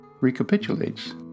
recapitulates